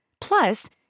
Plus